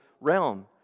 realm